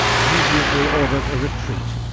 immediately ordered a retreat,